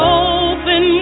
open